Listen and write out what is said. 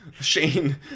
Shane